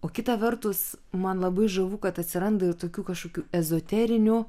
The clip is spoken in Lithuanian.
o kita vertus man labai žavu kad atsiranda ir tokių kažkokių ezoterinių